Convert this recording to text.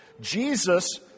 Jesus